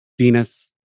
Venus